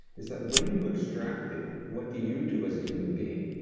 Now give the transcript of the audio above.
is that, when you extract it, what do you do as a human being?